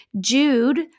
Jude